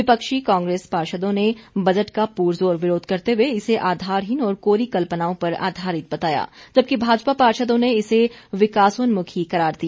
विपक्षी कांग्रेस पार्षदों ने बजट का पुरजोर विरोध करते हुए इसे आधारहीन और कोरी कल्पनाओं पर आधारित बताया जबकि भाजपा पार्षदों ने इसे विकासोन्मुखी करार दिया